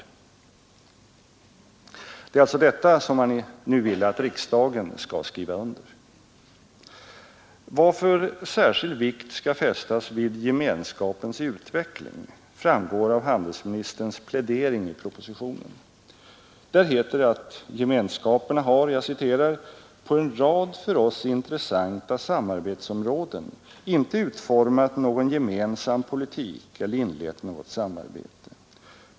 Det är alltså detta som man nu vill att riksdagen skall skriva under, Varför särskild vikt skall fästas vid ”gemenskapens utveckling” framgår av handelsministerns plädering i propositionen. Där heter det att gemenskaperna har ”på en rad för oss intressanta samarbetsområden inte utformat någon gemensam politik eller inlett något samarbete.